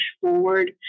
forward